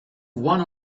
one